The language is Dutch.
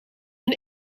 een